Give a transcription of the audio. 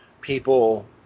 people